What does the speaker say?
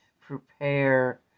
prepare